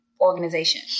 organization